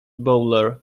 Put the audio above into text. bowler